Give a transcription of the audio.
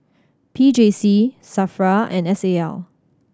P J C SAFRA and S A L